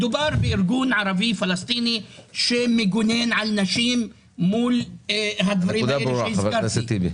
מדובר בארגון ערבי-פלסטיני שמגונן על נשים מול הדברים שהזכרתי.